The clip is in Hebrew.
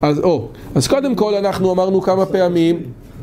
אז קודם כל אנחנו אמרנו כמה פעמים